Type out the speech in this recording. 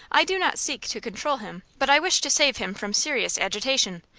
i do not seek to control him, but i wish to save him from serious agitation.